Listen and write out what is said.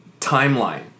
timeline